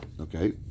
Okay